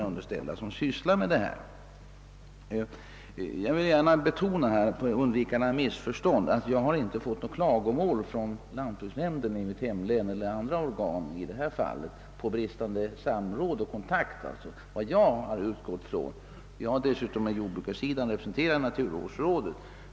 För undvikande av missförstånd vill jag gärna betona att jag inte hört några klagomål över bristande samråd och kontakt från lantbruksnämnden i mitt hemlän eller från andra organ på jordbrukarsidan, vilken dessutom är representerad i naturvårdsrådet.